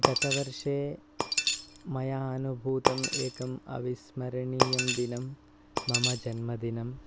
गत वर्षे मया अनुभूतम् एकम् अविस्मरणीयं दिनम् मम जन्मदिनम्